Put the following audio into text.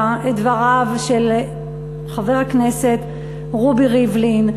את דבריו של חבר הכנסת רובי ריבלין.